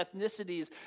ethnicities